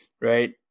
right